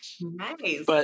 Nice